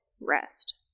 rest